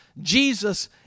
Jesus